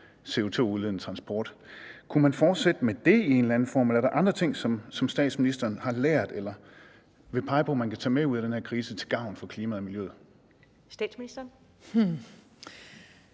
CO2-udledende transport. Kunne man fortsætte med det i en eller anden form, eller er der andre ting, som statsministeren har lært eller vil pege på at man kan tage med ud af den her krise til gavn for klimaet og miljøet? Kl. 14:20 Første